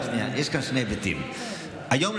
יש כאן שני היבטים: היום,